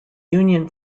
union